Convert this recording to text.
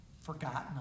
forgotten